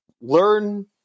learn